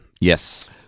Yes